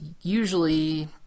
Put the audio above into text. usually